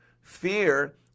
fear